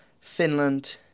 Finland